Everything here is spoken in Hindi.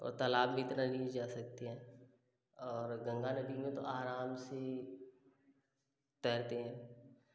और तालाब में इतना नहीं जा सकते और गंगा नदी में तो आराम से तैरते हैं